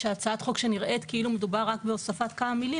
שהצעת חוק שנראית כאילו מדובר רק בהוספת כמה מילים,